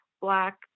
black